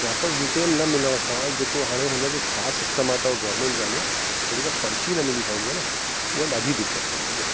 proper detail न मिलण सां जेको हाणे हुनजो छा सिस्टम आहे त गौरमेंट जाने उहो जेका पर्ची न मिली पाईंदी आहे न उहा ॾाढी दिक़त कंदी आहे